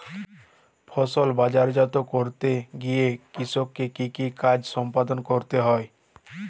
ফসল বাজারজাত করতে গিয়ে কৃষককে কি কি কাজ সম্পাদন করতে হয়?